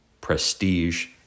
prestige